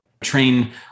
train